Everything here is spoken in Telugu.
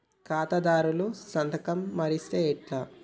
ఖాతాదారుల సంతకం మరిస్తే ఎట్లా?